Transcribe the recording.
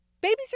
Babies